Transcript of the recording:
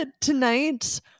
tonight